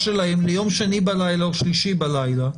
שלהם ליום שני בלילה או שלישי בלילה,